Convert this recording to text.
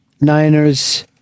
Niners